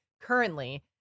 currently